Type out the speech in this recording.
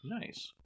Nice